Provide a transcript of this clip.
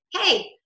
Hey